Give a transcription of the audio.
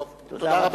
תודה.